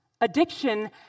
addiction